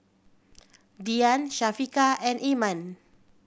Dian Syafiqah and Iman